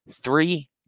three